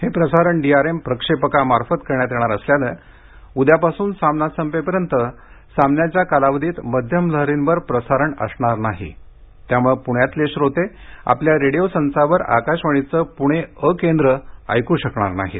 हे प्रसारण डीआरएम प्रक्षेपकामार्फत करण्यात येणार असल्यानं उद्यापासून सामना संपेपर्यंत सामन्याच्या कालावधीत मध्यम लहरींवर प्रसारण असणार नाही त्यामुळे पुण्यातले श्रोते आपल्या रेडिओ संचावर आकाशवाणीचं पुणे अ केंद्र ऐकू शकणार नाहीत